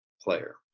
player